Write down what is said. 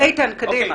איתן, קדימה.